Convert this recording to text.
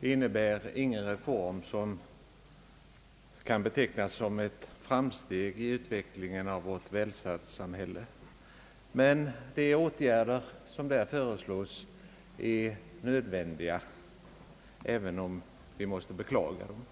innebär ingen reform som kan betecknas som ett framsteg i utvecklingen av vårt välfärdssamhälle, men de åtgärder som föreslås är nödvändiga, även om vi måste beklaga dem.